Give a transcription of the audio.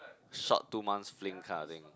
short two months fling kind of thing